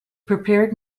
prepared